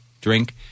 drink